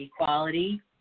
equality